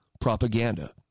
propaganda